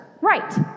Right